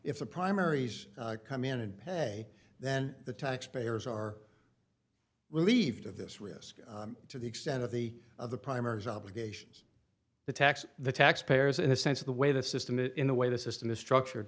if the primaries come in and pay then the taxpayers are leaved of this risk to the extent of the of the primaries obligations the tax the tax payers in the sense of the way the system is in the way the system is structured